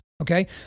Okay